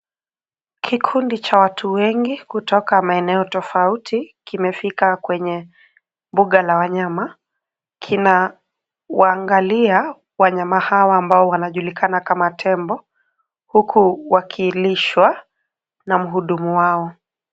Kikundi cha watu wengi kutoka maeneo tofauti kimefika kwenye mbuga la wanyama. Kinawaangalia wanyama hawa ambao wanajulikana kama tembo, huku wakilishwa na mhudumu wao.